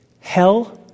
Hell